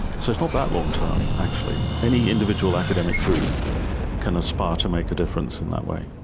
so it's not that long term actually. any individual academic group can aspire to make a difference in that way.